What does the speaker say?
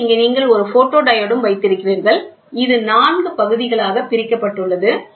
பின்னர் இங்கே நீங்கள் ஒரு ஃபோட்டோடியோட் வைத்திருக்கிறீர்கள் இது 4 பகுதிகளாக பிரிக்கப்பட்டுள்ளது